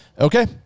Okay